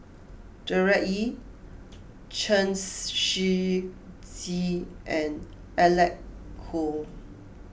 Gerard Ee Chen Shiji and Alec Kuok